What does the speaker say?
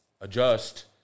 adjust